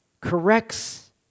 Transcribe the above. corrects